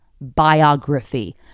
biography